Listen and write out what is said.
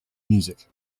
music